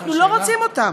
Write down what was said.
אנחנו לא רוצים אותם.